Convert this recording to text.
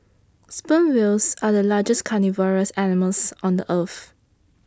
sperm whales are the largest carnivorous animals on the earth